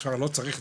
עכשיו לא צריך,